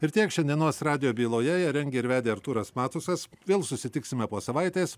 ir tiek šiandienos radijo byloje ją rengė ir vedė artūras matusas vėl susitiksime po savaitės